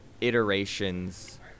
iterations